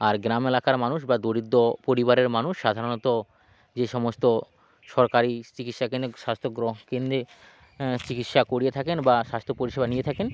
আর গ্রাম এলাকার মানুষ বা দরিদ্র পরিবারের মানুষ সাধারণত যে সমস্ত সরকারি চিকিৎসা স্বাস্থ্য গ্রহণ কেন্দ্রে চিকিৎসা করিয়ে থাকেন বা স্বাস্থ্য পরিষেবা নিয়ে থাকেন